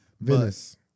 Venice